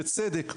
בצדק.